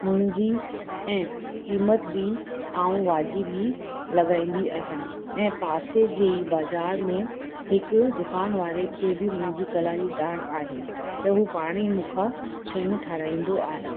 मुंहिंजी ऐं क़ीमत बि आऊं वाजिबु ई लॻांदी अहियां ऐं पासे जी बज़ार में हिकु दुकान वारे खे भी मुंहिंजी कला जी ॼाण आहे त हू पाण ई मूंखां शयूं ठाराहींदो आहे